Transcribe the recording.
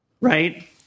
right